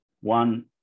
one